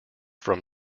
from